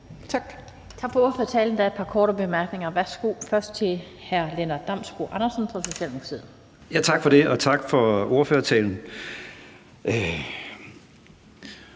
Tak.